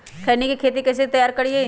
खैनी के खेत कइसे तैयार करिए?